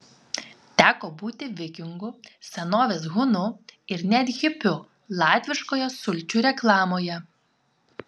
teko būti vikingu senovės hunu ir net hipiu latviškoje sulčių reklamoje